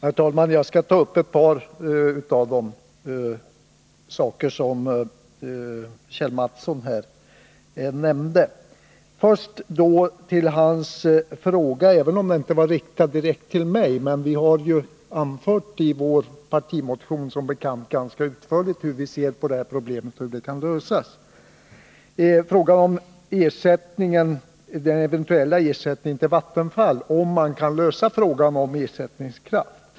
Herr talman! Jag skall ta upp ett par av de saker som Kjell Mattsson här nämnde. Först då till hans fråga om den eventuella ersättningen till Vattenfall, för den händelse man kan lösa problemet med ersättningskraft. Frågan var ju inte riktad direkt till mig, men vi har som bekant i vår partimotion redovisat hur vi ser på det här problemet och hur det kan lösas.